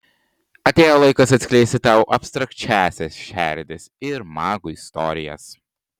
atėjo laikas atskleisti tau abstrakčiąsias šerdis ir magų istorijas